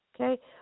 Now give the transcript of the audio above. okay